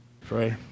Pray